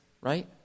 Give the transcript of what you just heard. right